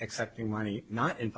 accepting money not in